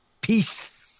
Peace